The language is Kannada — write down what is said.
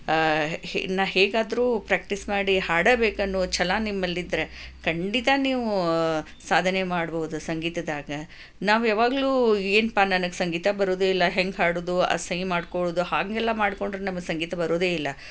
ನಾನು ಹೇಗಾದರೂ ಪ್ರ್ಯಾಕ್ಟೀಸ್ ಮಾಡಿ ಹಾಡ ಬೇಕನ್ನೋ ಛಲ ನಿಮ್ಮಲ್ಲಿದ್ದರೆ ಖಂಡಿತ ನೀವು ಸಾಧನೆ ಮಾಡಬಹುದು ಸಂಗೀತದಾಗ ನಾವು ಯಾವಾಗಲೂ ಏನಪ್ಪ ನನಗೆ ಸಂಗೀತ ಬರೋದೇ ಇಲ್ಲ ಹೇಗೆ ಹಾಡೋದು ಅಸಹ್ಯ ಮಾಡ್ಕೊಳ್ಳೋದು ಹಾಗೆಲ್ಲ ಮಾಡಿಕೊಂಡರೆ ನಮಗೆ ಸಂಗೀತ ಬರೋದೆ ಇಲ್ಲ